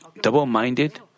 double-minded